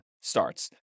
starts